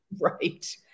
Right